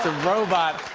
ah robot.